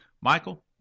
Michael